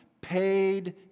paid